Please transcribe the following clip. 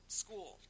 school